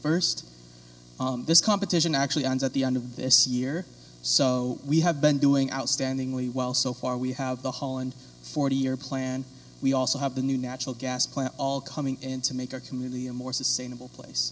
first this competition actually ends at the end of this year so we have been doing outstandingly well so far we have the hall and forty year plan we also have the new natural gas plant all coming in to make our community a more sustainable place